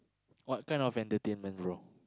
what kind of entertainment bro